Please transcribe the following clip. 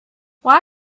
why